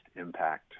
impact